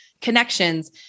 connections